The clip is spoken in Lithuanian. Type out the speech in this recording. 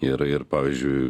ir ir pavyzdžiui